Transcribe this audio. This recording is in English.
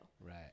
Right